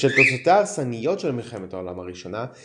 בשל תוצאותיה ההרסניות של מלחמת העולם הראשונה,